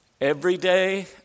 everyday